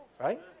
Right